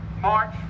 march